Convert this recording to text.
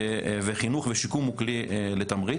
חינוך ושיקום הוא כלי לתמריץ.